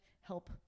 help